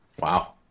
Wow